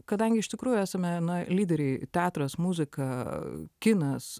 kadangi iš tikrųjų esame lyderiai teatras muzika kinas